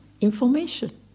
information